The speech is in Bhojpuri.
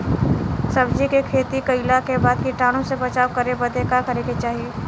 सब्जी के खेती कइला के बाद कीटाणु से बचाव करे बदे का करे के चाही?